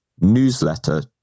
newsletter